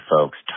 folks